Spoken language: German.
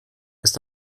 ist